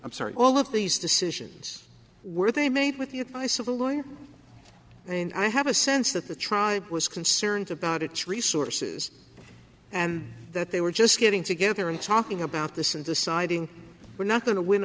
i'm sorry all of these decisions were they made with the advice of a lawyer and i have a sense that the tribe was concerned about its resources and that they were just getting together and talking about this and deciding we're not going to win